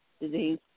disease